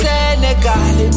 Senegal